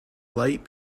light